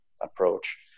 approach